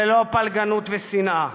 ולא פלגנות ושנאה.